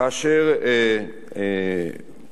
כאשר